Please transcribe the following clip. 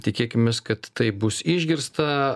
tikėkimės kad tai bus išgirsta